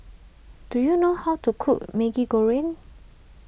do you know how to cook Maggi Goreng